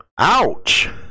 ouch